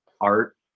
art